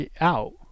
out